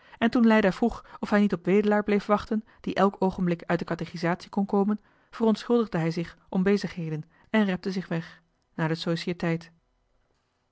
en toen leida vroeg of hij niet op wedelaar bleef wachten die elk oogenblik uit de katechisatie kon komen verontschuldigde hij zich om bezigheden en repte zich weg naar de